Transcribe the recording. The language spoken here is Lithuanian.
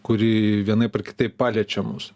kuri vienaip ar kitaip paliečia mus